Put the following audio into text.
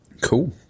Cool